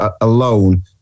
alone